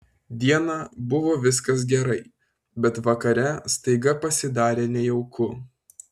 dieną buvo viskas gerai bet vakare staiga pasidarė nejauku